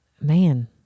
man